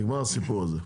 נגמר הסיפור הזה.